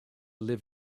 live